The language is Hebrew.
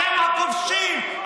אתם הכובשים,